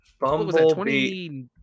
bumblebee